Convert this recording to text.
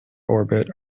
orbit